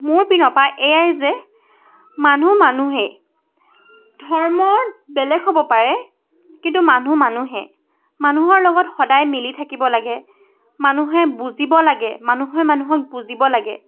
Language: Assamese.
মোৰ পিনৰ পৰা এয়াই যে মানুহ মানুহেই ধৰ্ম বেলেগ হ'ব পাৰে কিন্তু মানুহ মানুহেই মানুহৰ লগত সদায় মিলি থাকিব লাগে মানুহে বুজিব লাগে মানুহে মানুহক বুজিব লাগে